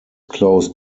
close